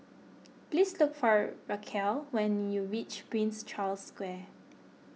please look for Rachael when you reach Prince Charles Square